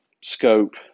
scope